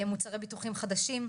מוצרי ביטוחים חדשים,